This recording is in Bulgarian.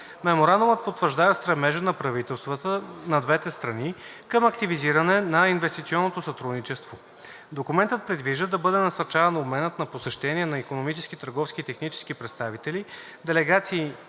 Меморандумът потвърждава стремежа на правителствата на двете страни към активизиране на инвестиционното сътрудничество. Документът предвижда да бъде насърчаван обменът на посещения на икономически, търговски и технически представители, делегации